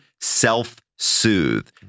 self-soothe